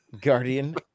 Guardian